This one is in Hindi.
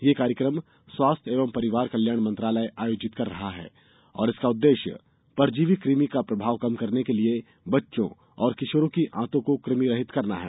यह कार्यक्रम स्वास्थ्य एवं परिवार कल्याण मंत्रालय आयोजित कर रहा है और इसका उद्देश्य परजीवी कृमि का प्रभाव कम करने के लिए बच्चों और किशोरों की आंतों को कृमिरहित करना है